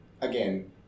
again